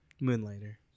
Moonlighter